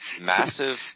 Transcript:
Massive